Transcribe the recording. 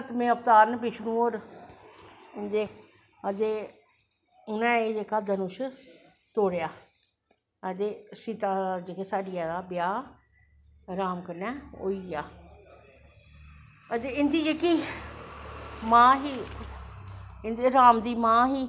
सतमें अवतार न बिश्नु होर इंदे ते उनैं जेह्का एह् धनुश तोड़ेआ ते सीता जेह्कियां दा साढ़ियां दा ब्याह् राम कन्नै होई गेआ ते इंदी जेह्की मां ही राम दी मां ही